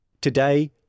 Today